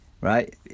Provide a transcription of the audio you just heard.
right